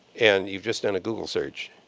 and you've just done a google search.